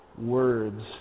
words